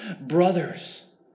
Brothers